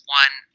one